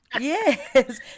Yes